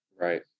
Right